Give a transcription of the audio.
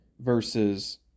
versus